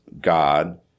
God